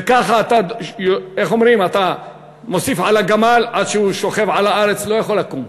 וכך אתה מוסיף על הגמל עד שהוא שוכב על הארץ ולא יכול לקום.